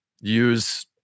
use